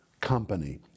Company